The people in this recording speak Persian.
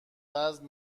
وزن